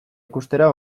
ikustera